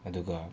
ꯑꯗꯨꯒ